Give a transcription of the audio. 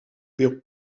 pérou